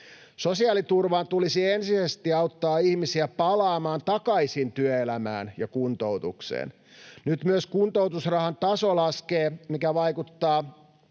Sosiaaliturvan tulisi ensisijaisesti auttaa ihmisiä palaamaan takaisin työelämään ja kuntoutukseen. Nyt myös kuntoutusrahan taso laskee, mikä vaikuttaa